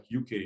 UK